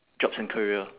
jobs and career